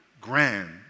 grand